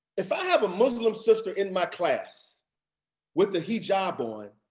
if i have a muslim sister in my class with the hijab on,